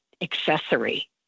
accessory